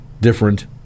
different